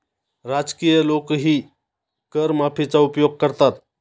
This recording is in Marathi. राजकीय लोकही कर माफीचा उपयोग करतात